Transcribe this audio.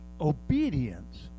Obedience